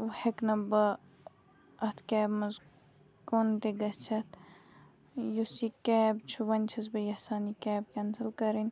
وَ ہٮ۪کہٕ نہٕ بہٕ اَتھ کیبہِ منٛز کُن تہِ گٔژھِتھ یُس یہِ کیب چھِ وۄنۍ چھَس بہٕ یژھان یہِ کیب کٮ۪نسَل کَرٕنۍ